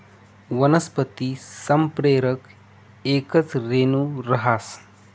वनस्पती संप्रेरक येकच रेणू रहास